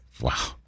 Wow